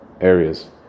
areas